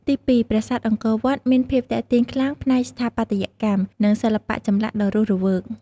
ទីពីរ ប្រាសាទអង្គរវត្តមានភាពទាក់ទាញខ្លាំងផ្នែកស្ថាបត្យកម្ម និងសិល្បៈចម្លាក់ដ៏រស់រវើក។